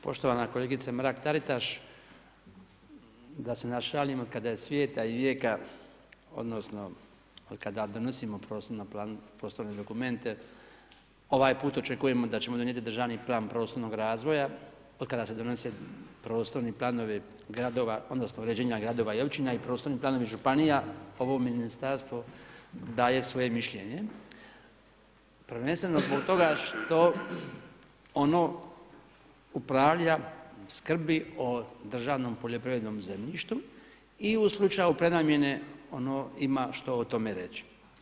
Poštovana kolegice Mrak-Taritaš da se našalim od kada je svijeta i vijeka, odnosno od kada donosimo prostorne dokumente ovaj put očekujemo da ćemo donijeti Državni plan prostornog razvoja od kada se donose prostorni planovi gradova, odnosno uređenja gradova i općina i prostorni planovi županija ovo ministarstvo daje svoje mišljenje prvenstveno zbog toga što ono upravlja, skrbi o državnom poljoprivrednom zemljištu i u slučaju prenamjene ono ima što o tome reći.